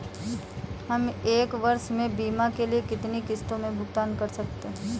हम एक वर्ष में बीमा के लिए कितनी किश्तों में भुगतान कर सकते हैं?